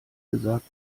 gesagt